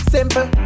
Simple